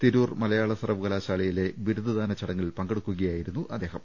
തിരൂർ മലയാള സർവകലാശാലയിലെ ബിരുദദാന ചടങ്ങിൽ പങ്കെടുക്കുകയായിരുന്നു അദ്ദേഹം